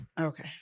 Okay